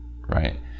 right